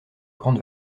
grande